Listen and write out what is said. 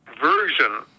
version